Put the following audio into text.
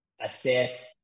assess